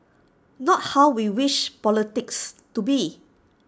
not how we wish politics to be